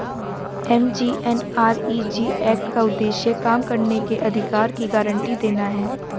MGNREG act का उद्देश्य काम करने के अधिकार की गारंटी देना है